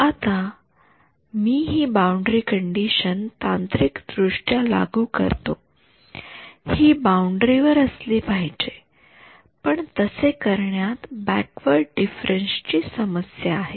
तर आता मी हि बाउंडरी कंडिशन तांत्रिकदृष्ट्या लागू करतो हि बाउंडरी वर असली पाहिजे पण तसे करण्यात बॅकवर्ड डिफरन्स ची समस्या आहे